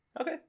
okay